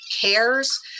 cares